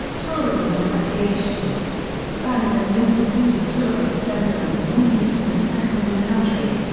tourism and recreation bahia is the most important tourist center in the northeast and the second in the country.